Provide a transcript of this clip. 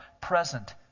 present